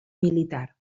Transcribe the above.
militar